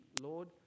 Lord